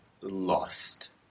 lost